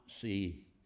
see